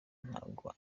ntabwo